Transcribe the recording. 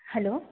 hello